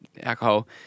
alcohol